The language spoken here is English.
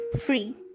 free